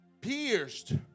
Pierced